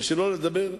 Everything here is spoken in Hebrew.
ושלא לדבר,